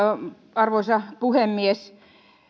arvoisa puhemies